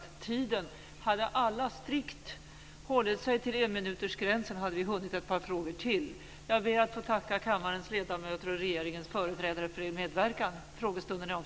Detta fick bli det sista inlägget i denna frågestund, därför att vi har nu förbrukat tiden. Hade alla strikt hållit sig till enminutsgränsen hade vi hunnit med ett par frågor till. Jag vill be att få tacka kammarens ledamöter och regeringens företrädare för deras medverkan.